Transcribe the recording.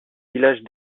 villages